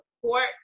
support